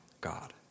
God